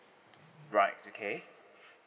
right okay